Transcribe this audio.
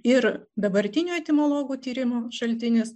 ir dabartinių etimologų tyrimų šaltinis